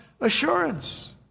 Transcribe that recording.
assurance